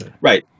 Right